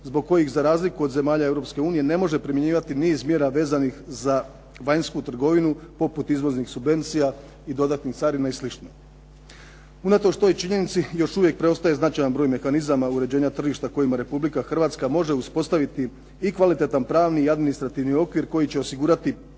zbog kojih, za razliku od zemalja Europske unije, ne može primjenjivati niz mjera vezanih za vanjsku trgovinu poput izvoznih subvencija i dodatnih carina i slično. Unatoč toj činjenici još uvijek preostaje značajan broj mehanizama uređenja tržišta kojima Republika Hrvatska može uspostaviti i kvalitetan pravni i administrativni okvir koji će osigurati